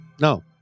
No